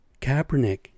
Kaepernick